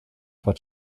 but